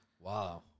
Wow